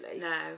No